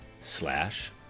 slash